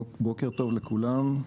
בוקר טוב לכולם.